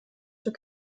zur